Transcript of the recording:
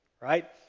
right